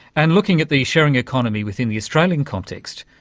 and looking at the sharing economy within the australian context,